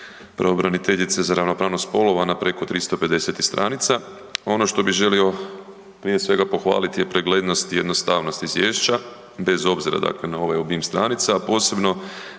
pravobraniteljice za ravnopravnost spolova na preko 350 stranica. Ono što bi želio prije svega pohvaliti je preglednost i jednostavnost izvješća bez obzira, dakle na ovaj obim stranica, a posebno